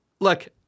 Look